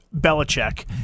Belichick